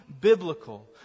biblical